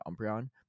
Umbreon